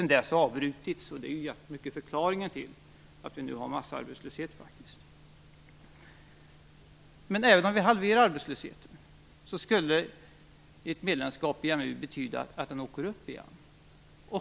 Den har sedan dess avbrutits, vilket till stor del är förklaringen till att vi nu har massarbetslöshet. Men även om arbetslösheten halveras, skulle ett medlemskap i EMU betyda att den skulle öka igen.